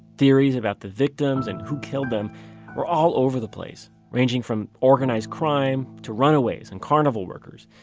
theories about the victims and who killed them were all over the place, ranging from organized crime to runaways and carnival workers.